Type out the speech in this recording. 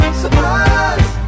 surprise